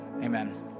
Amen